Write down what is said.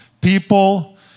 people